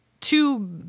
two